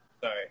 sorry